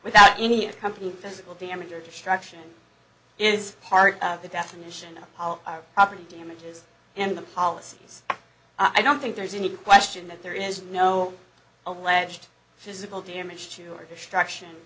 without any accompanying physical damage or destruction is part of the definition of how our property damages and the policies i don't think there's any question that there is no alleged physical damage to or destruction